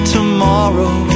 Tomorrow